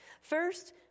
First